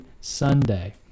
Sunday